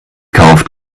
kauft